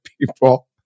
people